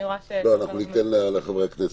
לא, אנחנו ניתן לחברי הכנסת,